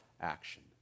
action